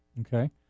Okay